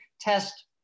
test